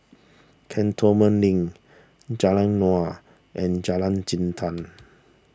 Cantonment Link Jalan Naung and Jalan Jintan